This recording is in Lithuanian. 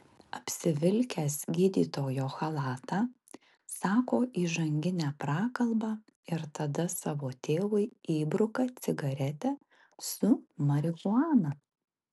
apsivilkęs gydytojo chalatą sako įžanginę prakalbą ir tada savo tėvui įbruka cigaretę su marihuana